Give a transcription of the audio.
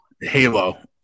Halo